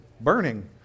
burning